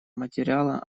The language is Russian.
материала